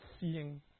seeing